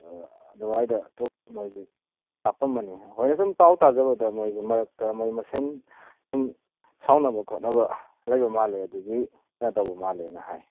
ꯑꯗꯨꯋꯥꯏꯗ ꯇꯣꯛ ꯃꯣꯏꯁꯤ ꯀꯥꯞꯄꯝꯕꯅꯤ ꯑꯩꯈꯣꯏꯅ ꯁꯨꯝ ꯄꯥꯎ ꯇꯥꯖꯕꯗ ꯃꯣꯏꯁꯤ ꯃꯔꯛꯇ ꯃꯣꯏ ꯃꯁꯦꯟ ꯁꯨꯝ ꯁꯥꯎꯅꯕ ꯈꯣꯠꯅꯕ ꯂꯩꯕ ꯃꯥꯜꯂꯦ ꯑꯗꯨꯒꯤ ꯅ ꯇꯧꯕ ꯃꯥꯜꯂꯦꯅ ꯍꯥꯏ